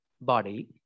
body